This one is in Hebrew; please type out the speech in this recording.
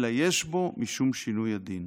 אלא יש בו משום שינוי עדין.